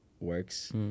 works